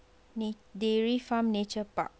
na~ dairy farm nature park